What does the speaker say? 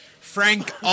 Frank